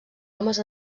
homes